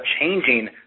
changing